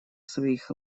своих